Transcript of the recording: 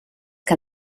que